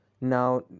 Now